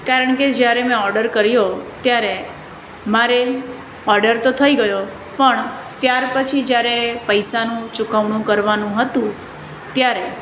કારણ કે જ્યારે મેં ઓડર કર્યો ત્યારે મારે ઓડર તો થઈ ગયો પણ ત્યાર પછી જ્યારે પૈસાનું ચૂકવણું કરવાનું હતું ત્યારે